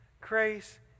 grace